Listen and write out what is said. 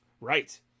right